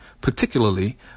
particularly